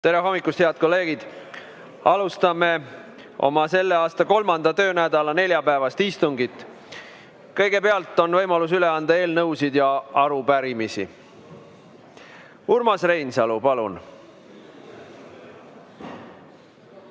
Tere hommikust, head kolleegid! Alustame oma selle aasta 3. töönädala neljapäevast istungit. Kõigepealt on võimalus üle anda eelnõusid ja arupärimisi. Urmas Reinsalu, palun!